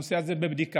הנושא הזה בבדיקה.